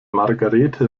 margarethe